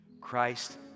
Christ